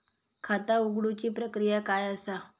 खाता उघडुची प्रक्रिया काय असा?